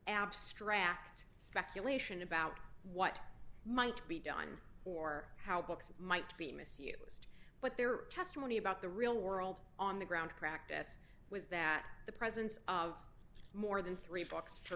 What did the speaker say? abstract speculation about what might be done or how books might be misused but there are testimony about the real world on the ground practice was that the presence of more than three